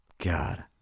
God